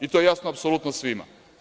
I to je jasno apsolutno svima.